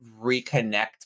reconnect